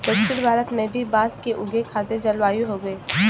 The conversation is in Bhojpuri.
दक्षिण भारत में भी बांस के उगे खातिर जलवायु हउवे